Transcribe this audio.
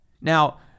Now